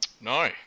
No